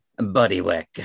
bodywork